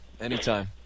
anytime